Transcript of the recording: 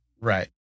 Right